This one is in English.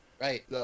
Right